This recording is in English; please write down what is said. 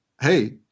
Hey